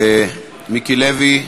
מיקי לוי,